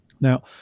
Now